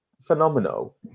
phenomenal